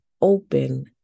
open